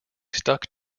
stuck